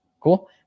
Cool